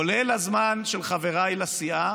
כולל הזמן של חבריי לסיעה,